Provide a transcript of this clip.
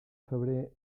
febrer